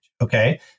Okay